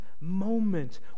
moment